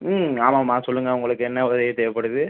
ம் ஆமாம்மா சொல்லுங்கள் உங்களுக்கு என்ன உதவி தேவைப்படுது